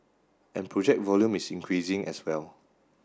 and project volume is increasing as well